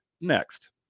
next